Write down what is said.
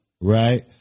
Right